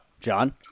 John